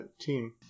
team